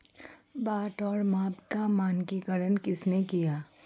बाट और माप का मानकीकरण किसने किया?